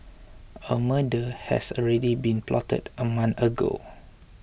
a murder has already been plotted a month ago